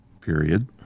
period